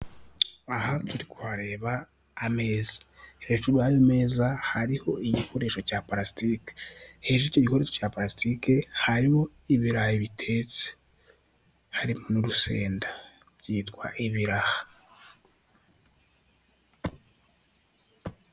Aha turi kuhareba ameza, hejuru yayo meza hariho igikoresho cya plastique, hejuru y'icyo gikoresho cya plastique, hariho ibirayi bitetse, harimo n'urusenda byitwa ibiraha.